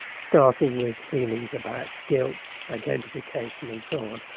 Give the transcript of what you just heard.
starting with feelings about guilt, identification and so on,